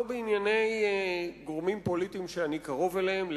לא בענייני גורמים פוליטיים שאני קרוב אליהם,